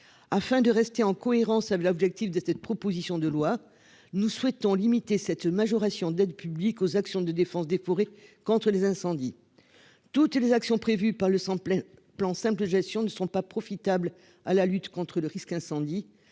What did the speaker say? afin de rester en cohérence avec l'objectif de cette proposition de loi. Nous souhaitons limiter cette majoration d'aide publique aux actions de défense des forêts contre les incendies. Toutes les actions prévues par le sang plein plan simple gestion ne sont pas profitables à la lutte contre le risque incendie,